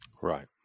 Right